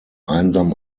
einsam